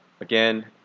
again